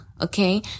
okay